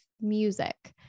music